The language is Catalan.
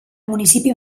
municipi